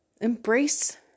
Embrace